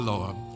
Lord